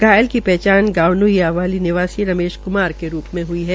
घायल की पहचान गांव न्हियावाली निवासी रमेश कुमार के रूप में हड्र है